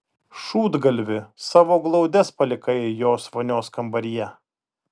šūdgalvi savo glaudes palikai jos vonios kambaryje